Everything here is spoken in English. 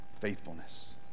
Faithfulness